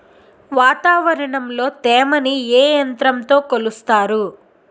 వాతావరణంలో తేమని ఏ యంత్రంతో కొలుస్తారు?